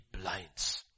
blinds